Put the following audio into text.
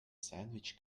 sandwich